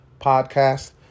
podcast